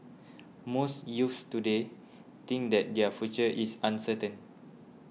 most youths today think that their future is uncertain